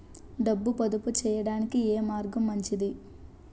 డబ్బు పొదుపు చేయటానికి ఏ మార్గం మంచిది?